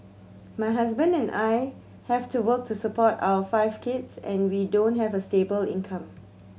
my husband and I have to work to support our five kids and we don't have a stable income